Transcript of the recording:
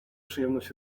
przyjemność